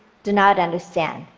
do not understand.